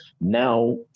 Now